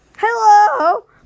Hello